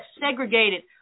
segregated